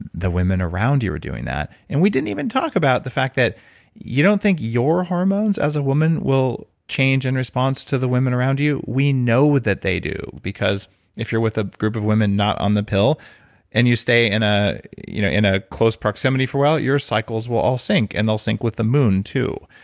the women around you are doing that. and we didn't even talk about the fact that you don't think your hormones as a woman will change in response to the women around you? we know that they do because if you're with a group of women not on the pill and you stay in a you know in a close proximity for a while, your cycles will all sync and they'll sync with the moon, too.